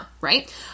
right